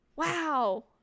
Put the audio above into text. Wow